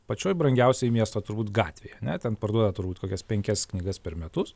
pačioj brangiausioj miesto turbūt gatvėj ne ten parduodai turbūt kokias penkias knygas per metus